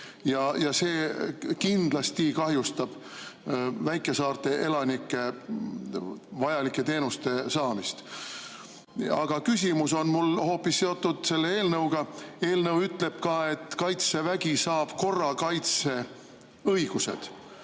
See kindlasti kahjustab väikesaarte elanikel vajalike teenuste saamist. Aga küsimus on mul hoopis seotud selle eelnõuga. Eelnõu ütleb ka, et Kaitsevägi saab korrakaitse õigused.